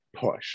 push